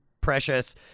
Precious